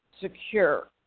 secure